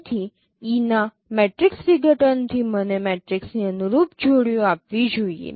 તેથી E ના matrix વિઘટનથી મને મેટ્રિક્સની અનુરૂપ જોડીઓ આપવી જોઈએ